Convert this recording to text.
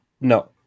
no